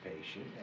patient